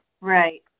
right